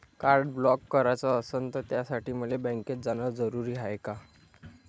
Card block कराच असनं त त्यासाठी मले बँकेत जानं जरुरी हाय का?